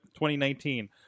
2019